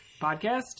podcast